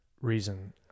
Reason